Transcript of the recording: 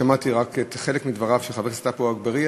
שמעתי רק חלק מדבריו של חבר הכנסת עפו אגבאריה,